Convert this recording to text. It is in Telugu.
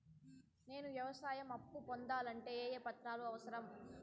నేను వ్యవసాయం అప్పు పొందాలంటే ఏ ఏ పత్రాలు అవసరం?